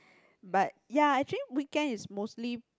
but ya actually weekend is mostly